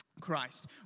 Christ